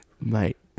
Mate